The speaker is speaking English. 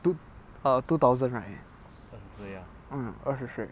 two err two thousand right mm 二十岁